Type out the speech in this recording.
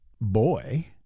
boy